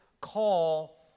Call